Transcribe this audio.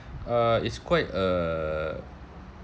uh it's quite a